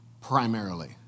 primarily